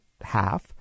half